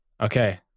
Okay